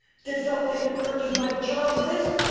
didst thou think to purchase my child with it?